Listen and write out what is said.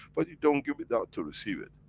but you don't give it out to receive it.